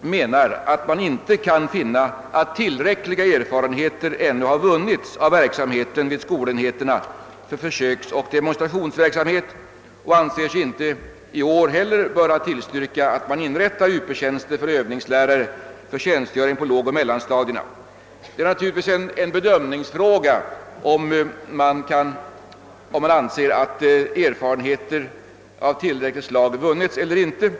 menar emellertid att tillräckliga erfarenheter ännu inte vunnits av verksamheten vid skolenheterna för försöksoch demonstrationsverksamhet och anser sig inte heller i år böra tillstyrka inrättandet av Uptjänster för övningslärare med tjänstgöring på lågoch mellanstadiet. Det är naturligtvis en bedömningsfråga om man anser att erfarenheter i tillräcklig utsträckning vunnits eller inte.